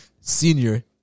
senior